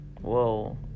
Whoa